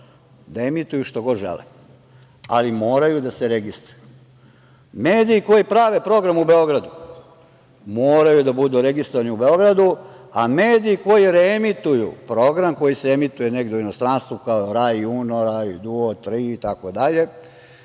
da emituju šta god žele, ali moraju da se registruju. Mediji koji prave program u Beogradu, moraju da budu registrovani u Beogradu, a mediji koji reemituju program koji se emituje negde u inostranstvu kao "Rai Uno" "Rai Due", itd.